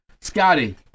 Scotty